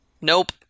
Nope